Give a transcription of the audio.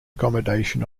accommodation